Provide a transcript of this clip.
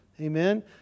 Amen